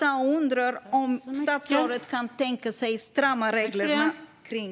Jag undrar om statsrådet kan tänka sig att strama åt reglerna för bidrag.